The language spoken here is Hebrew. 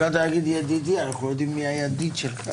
התחלת להגיד ידידי, אנחנו לא יודעים מי הידיד שלך.